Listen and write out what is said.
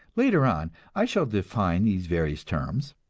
later on i shall define these various terms,